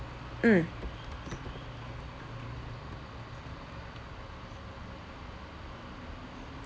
mm